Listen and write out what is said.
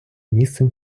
місцем